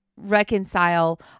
Reconcile